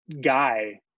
guy